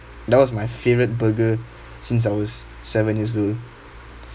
that was my favourite burger since I was seven years old